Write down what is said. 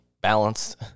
balanced